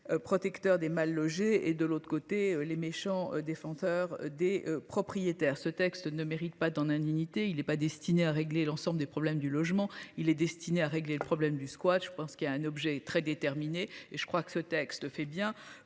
Protecteur des mal logés et de l'autre côté les méchants défenseur des propriétaires, ce texte ne mérite pas tant d'indignité. Il n'est pas destiné à régler l'ensemble des problèmes du logement. Il est destiné à régler le problème du squat, je pense qu'il y a un objet très déterminé et je crois que ce texte fait bien